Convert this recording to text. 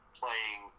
playing